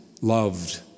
loved